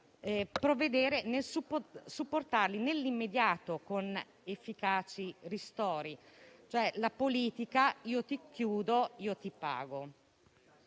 prevedere di supportarli nell'immediato con efficaci ristori. Cioè la politica: io ti chiudo, io ti pago.